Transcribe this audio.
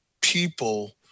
people